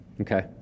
Okay